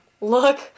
look